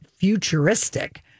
Futuristic